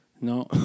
No